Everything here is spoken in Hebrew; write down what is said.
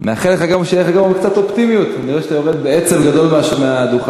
נראה לי שאתה יורד בעצב גדול מהדוכן.